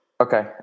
Okay